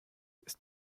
ist